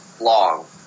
long